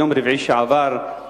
ביום רביעי שעבר,